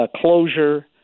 closure